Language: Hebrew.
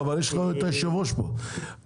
היושב-ראש פה.